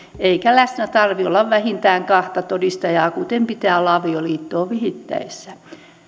eikä läsnä tarvitse olla vähintään kahta todistajaa kuten pitää olla avioliittoon vihittäessä